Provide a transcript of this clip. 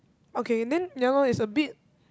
okay then ya lor is a bit